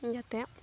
ᱡᱟᱛᱮ